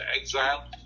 exile